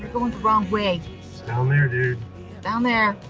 going the wrong way. it's down there, dude. down there.